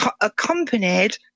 accompanied